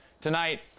Tonight